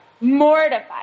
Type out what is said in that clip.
mortified